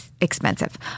expensive